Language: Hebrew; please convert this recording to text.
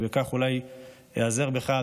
ובכך אולי איעזר בך,